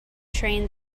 train